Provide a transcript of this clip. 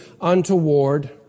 untoward